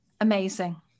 amazing